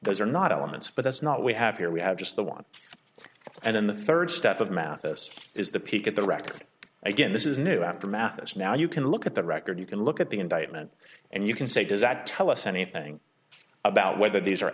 those are not elements but that's not we have here we have just the one and then the third step of mouth this is the peek at the record again this is new aftermath as now you can look at the record you can look at the indictment and you can say does that tell us anything about whether these